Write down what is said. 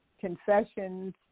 confessions